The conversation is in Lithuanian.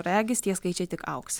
regis tie skaičiai tik augs